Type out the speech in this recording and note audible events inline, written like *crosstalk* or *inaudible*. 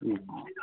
*unintelligible*